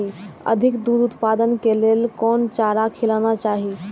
अधिक दूध उत्पादन के लेल कोन चारा खिलाना चाही?